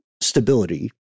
stability